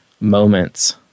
moments